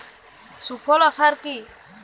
সুফলা সার কি?